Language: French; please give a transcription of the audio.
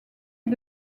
est